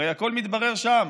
הרי הכול מתברר שם,